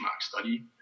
study